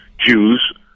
Jews